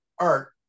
art